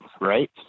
Right